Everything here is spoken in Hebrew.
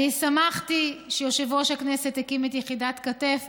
שמחתי שיושב-ראש הכנסת הקים את יחידת כת"ף,